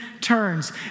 turns